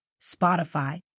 Spotify